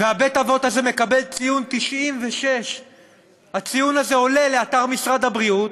ובית-האבות הזה מקבל ציון 96. הציון הזה עולה לאתר משרד הבריאות,